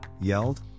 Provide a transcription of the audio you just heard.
yelled